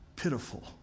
pitiful